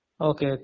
Okay